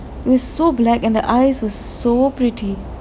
it was so black and the eyes was so pretty